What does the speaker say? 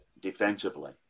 defensively